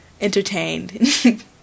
entertained